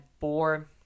four